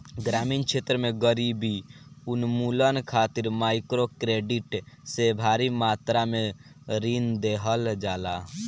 ग्रामीण क्षेत्र में गरीबी उन्मूलन खातिर माइक्रोक्रेडिट से भारी मात्रा में ऋण देहल जाला